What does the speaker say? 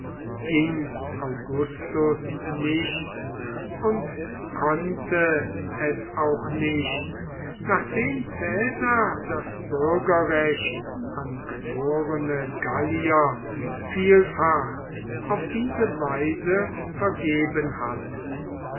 ging augustus nicht und konnte es auch nicht nachdem caesar das bürgerrecht an geborene gallier vielfach auf diese weise vergeben hatte